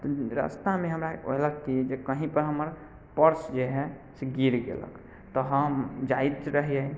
रास्तामे हमरा कहलक कि जे कहीँपर हमर पर्स जे हइ से गिर गेलक तऽ हम जाएत रहिए